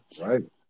right